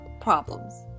problems